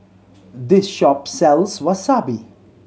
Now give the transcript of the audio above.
this shop sells Wasabi